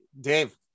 Dave